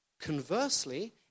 Conversely